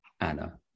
Anna